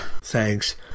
Thanks